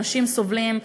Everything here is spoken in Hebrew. אנשים סובלים.